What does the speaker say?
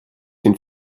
den